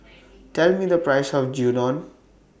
Tell Me The Price of Gyudon